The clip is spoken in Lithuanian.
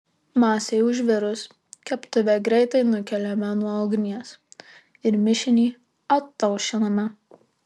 masei užvirus keptuvę greitai nukeliame nuo ugnies ir mišinį ataušiname